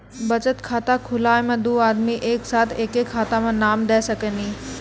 बचत खाता खुलाए मे दू आदमी एक साथ एके खाता मे नाम दे सकी नी?